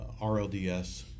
RLDS